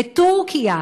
בטורקיה,